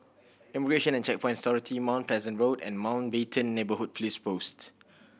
Immigration and Checkpoints Authority Mount Pleasant Road and Mountbatten Neighbourhood Police Post